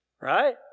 right